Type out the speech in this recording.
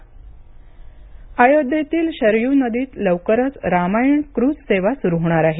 Ayodhya cruise अयोध्येतील शरयू नदीत लवकरच रामायण क्रूज सेवा सुरू होणार आहे